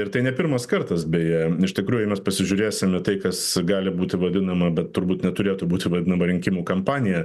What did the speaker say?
ir tai ne pirmas kartas beje iš tikrųjų jei mes pasižiūrėsim į tai kas gali būti vadinama be turbūt neturėtų būti vadinama rinkimų kampanija